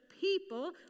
people